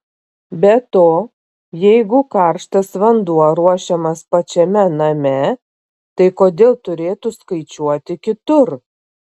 be to jeigu karštas vanduo ruošiamas pačiame name tai kodėl turėtų skaičiuoti kitur